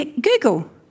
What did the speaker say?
Google